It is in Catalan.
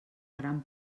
gran